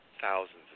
Thousands